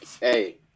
hey